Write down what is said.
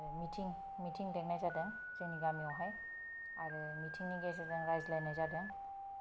मिथिं मिथिं लेंनाय जादों जोंनि गामियावहाय आरो मिथिंनि गेजेरजों रायज्लायनाय जादों